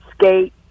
skate